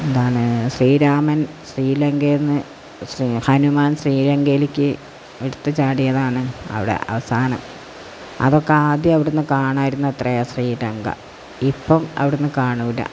എന്താണ് ശ്രീരാമൻ ശ്രിലങ്കയില്നിന്ന് ശ്രീ ഹനുമാൻ ശ്രീലങ്കയിലേക്ക് എടുത്ത് ചാടിയതാണ് അവിടെ അവസാനം അതൊക്കെ ആദ്യം അവിടെനിന്ന് കാണാമായിരുന്നത്രേ ശ്രീലങ്ക ഇപ്പോള് അവിടെനിന്ന് കാണില്ല